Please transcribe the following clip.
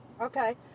Okay